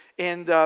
and